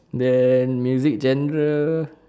then music genre